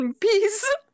peace